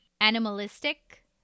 Animalistic